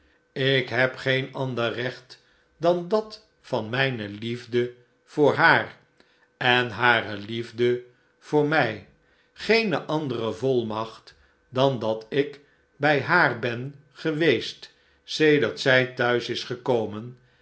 ik heb geen ander recht dan dat van mijne liefde voor haar en hare liefde voor mij geene andere volmacht dan dat ik bij haar ben geweest sedert zij thuis is gekomen